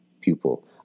Pupil